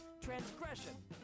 transgression